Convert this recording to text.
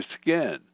skin